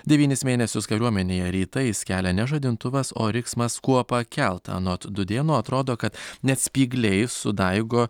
devynis mėnesius kariuomenėje rytais kelia ne žadintuvas o riksmas kuopa kelt anot dudėno atrodo kad net spygliai sudaigo